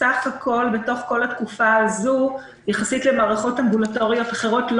סך הכול בתקופה הזאת יחסית למערכות אמבולטוריות אחרות,